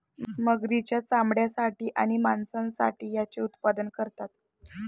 मगरींच्या चामड्यासाठी आणि मांसासाठी याचे उत्पादन करतात